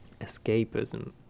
Escapism